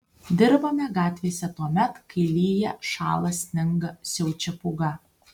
dirbame gatvėse tuomet kai lyja šąla sninga siaučia pūga